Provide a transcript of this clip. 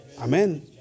Amen